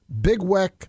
BigWeck